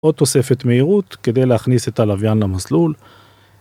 עוד תוספת מהירות כדי להכניס את הלוויין למסלול.